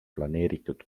planeeritud